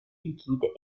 liquide